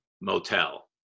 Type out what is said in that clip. motel